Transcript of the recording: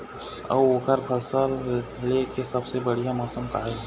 अऊ ओकर फसल लेय के सबसे बढ़िया मौसम का ये?